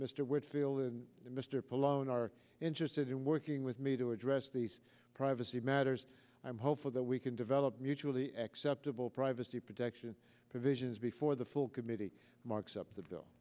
mr whitfield the mr polonia are interested in working with me to address these privacy matters i'm hopeful that we can develop mutually acceptable privacy protection provisions before the full committee marks up th